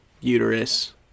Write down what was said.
uterus